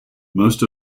most